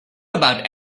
about